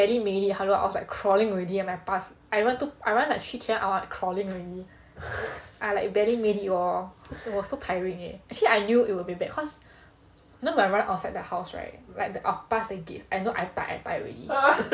barely made it hello I was like crawling already at my pass I even took I run like three K_M and I'm like crawling already I like barely made it lor it was so tiring eh actually I knew it would be bad cause you know when I run outside the house right like I pass the gate I know I tir~ I tired already